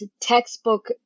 textbook